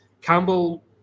Campbell